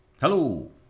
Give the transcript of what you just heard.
Hello